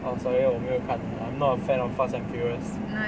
oh sorry ah 我没有看 I'm not a fan of fast and furious